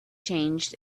changed